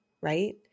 right